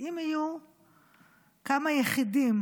אני מאוד מקפיד.